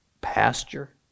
pasture